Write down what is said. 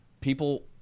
People